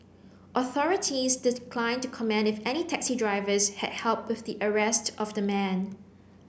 authorities to comment if any taxi drivers had help with the arrest of the man